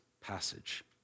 passage